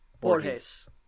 Borges